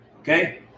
okay